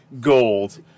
gold